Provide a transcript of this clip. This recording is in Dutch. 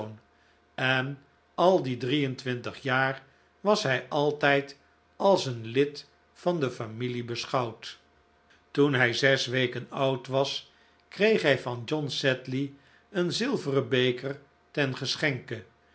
en al die drie-en-twintig jaar was hij altijd als een lid van de familie beschouwd toen hij zes weken oud was kreeg hij van john sedley een zilveren beker ten geschenke